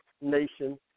nation